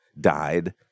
died